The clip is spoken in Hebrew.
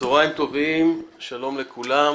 צוהריים טובים, שלום לכולם.